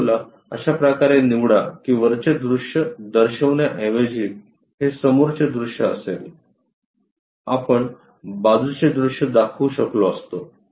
वस्तूला अशा प्रकारे निवडा की वरचे दृश्य दर्शविण्याऐवजी हे समोरचे दृश्य असेल आपण बाजूचे दृश्य दाखवू शकलो असतो